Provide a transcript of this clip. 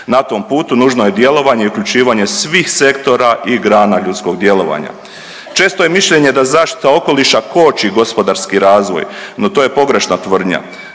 Na tom putu nužno je djelovanje i uključivanje svih sektora i grana ljudskog djelovanja. Često je mišljenje da zaštita okoliša koči gospodarski razvoj, no to je pogrešna tvrdnja.